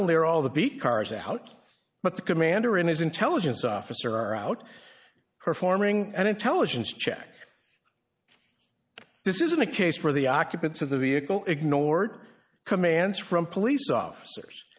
only are all the beat cars out but the commander and his intelligence officer are out performing an intelligence check this isn't a case where the occupants of the vehicle ignored commands from police officers